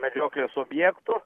medžioklės objektu